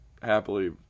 happily